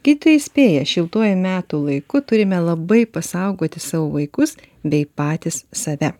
kiti įspėja šiltuoju metų laiku turime labai pasaugoti savo vaikus bei patys save